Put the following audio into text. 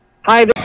Hi